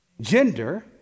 Gender